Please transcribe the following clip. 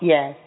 Yes